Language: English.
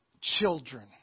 children